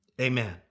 amen